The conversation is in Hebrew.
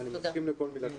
אני מסכים לכל מילה שאמרת.